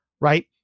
right